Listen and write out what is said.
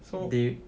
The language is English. so